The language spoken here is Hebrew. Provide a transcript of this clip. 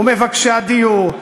ומבקשי הדיור,